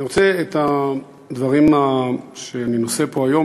אני רוצה להקדיש את הדברים שאני נושא פה היום